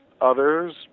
others